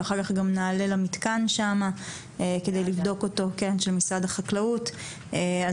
ואחר כך גם נעלה למתקן שמה של משרד החקלאות כדי לבדוק אותו,